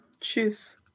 Cheers